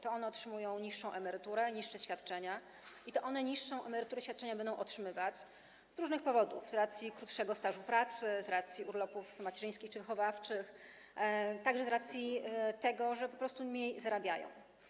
To one otrzymują niższą emeryturę, niższe świadczenia i to one będą otrzymywać niższą emeryturę i świadczenia z różnych powodów: z racji krótszego stażu pracy, z racji urlopów macierzyńskich czy wychowawczych, także z racji tego, że po prostu mniej zarabiają.